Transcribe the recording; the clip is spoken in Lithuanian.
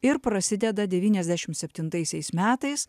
ir prasideda devyniasdešim septintaisiais metais